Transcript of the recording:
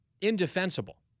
indefensible